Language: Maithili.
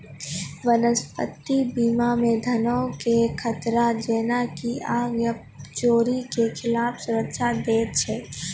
सम्पति बीमा मे धनो के खतरा जेना की आग या चोरी के खिलाफ सुरक्षा दै छै